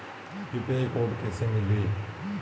UPI code कैसे मिली?